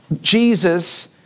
Jesus